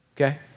okay